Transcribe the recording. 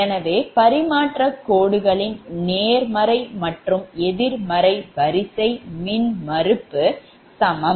எனவே பரிமாற்றக் கோடுகளின் நேர்மறை மற்றும் எதிர்மறை வரிசை மின்மறுப்பு சமம்